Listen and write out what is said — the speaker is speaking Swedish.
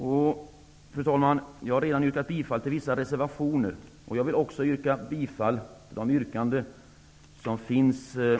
Fru talman! Jag har redan yrkat bifall till vissa reservationer. Jag vill också yrka bifall till mitt särskilda yrkande under mom. 24, 27 och 28. Det har följande lydelse: ''24.